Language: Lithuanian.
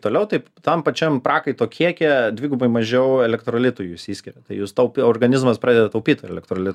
toliau tai tam pačiam prakaito kiekyje dvigubai mažiau elektrolitų jūs išskiriat tai jūs taupiau organizmas pradeda taupyt elektrolit